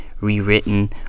rewritten